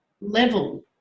level